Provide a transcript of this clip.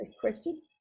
question